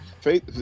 Faith